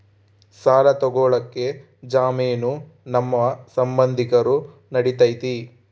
ಸಾಲ ತೊಗೋಳಕ್ಕೆ ಜಾಮೇನು ನಮ್ಮ ಸಂಬಂಧಿಕರು ನಡಿತೈತಿ?